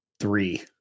Three